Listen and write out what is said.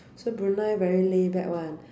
so Brunei very laid back [one]